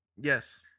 Yes